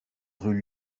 rue